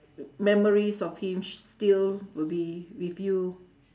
memories of him sh~ still will be with you